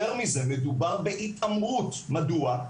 יותר מזה, מדובר בהתעמרות, מדוע?